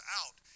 out